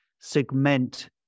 segment